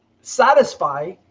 satisfy